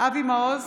אבי מעוז,